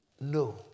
No